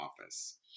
office